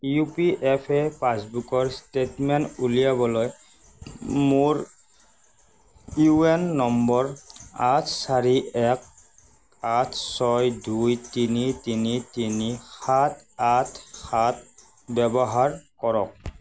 U P F এ পাছবুকৰ statement উলিয়াবলৈ মোৰ ইউ এন নম্বৰ আঠ চাৰি এক আঠ ছয় দুই তিনি তিনি তিনি সাত আঠ সাত ব্যৱহাৰ কৰক